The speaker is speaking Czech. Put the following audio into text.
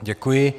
Děkuji.